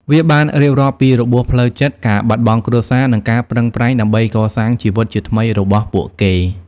វាបានរៀបរាប់ពីរបួសផ្លូវចិត្ត ការបាត់បង់គ្រួសារ និងការប្រឹងប្រែងដើម្បីកសាងជីវិតជាថ្មីរបស់ពួកគេ។